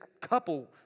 couple